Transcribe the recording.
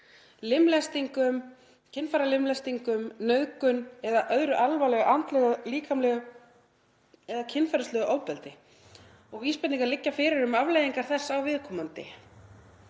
pyndingum, kynfæralimlestingum, nauðgun eða öðru alvarlegu andlegu, líkamlegu eða kynferðislegu ofbeldi og vísbendingar liggja fyrir um afleiðingar þess á viðkomandi.